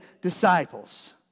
disciples